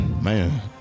Man